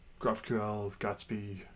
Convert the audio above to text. Gatsby